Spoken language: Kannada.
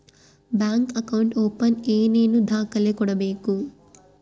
ಬ್ಯಾಂಕ್ ಅಕೌಂಟ್ ಓಪನ್ ಏನೇನು ದಾಖಲೆ ಕೊಡಬೇಕು?